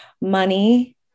money